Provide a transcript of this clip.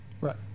right